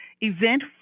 event